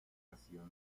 passieren